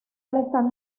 están